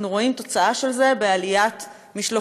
אנחנו רואים תוצאה של זה בעליית המשלוחים,